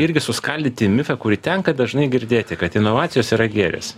irgi suskaldyti mifą kurį tenka dažnai girdėti kad inovacijos yra gėris